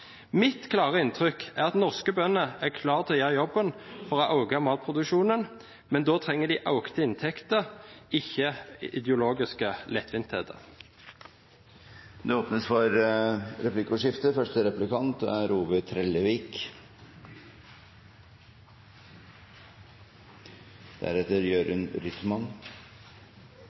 Mitt klare inntrykk er at norske bønder er klare til å gjøre jobben for å øke matproduksjonen, men da trenger de økte inntekter, ikke ideologiske lettvintheter. Det blir replikkordskifte.